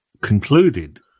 concluded